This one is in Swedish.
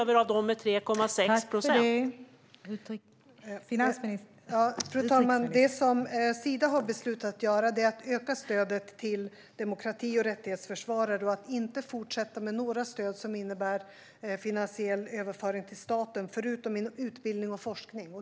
Fru talman! Sida har beslutat att öka stödet till demokrati och rättighetsförsvarare och att inte fortsätta med några stöd som innebär finansiell överföring till staten, förutom inom utbildning och forskning.